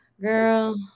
Girl